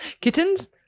Kittens